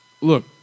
look